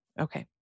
Okay